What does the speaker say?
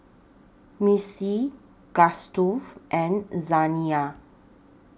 Mistie Gustav and Zaniyah